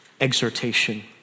exhortation